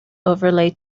overlay